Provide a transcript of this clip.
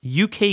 UK